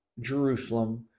Jerusalem